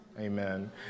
Amen